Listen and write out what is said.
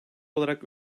olarak